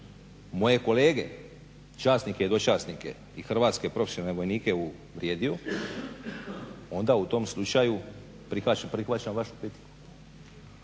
moje kolege časnike i dočasnike i hrvatske profesionalne vojnike uvrijedio onda u tom slučaju prihvaćam vašu kritiku.